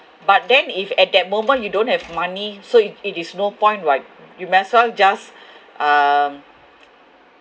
but then if at that moment you don't have money so it is no point [what] you max out you just um